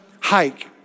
hike